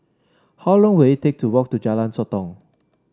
how long will it take to walk to Jalan Sotong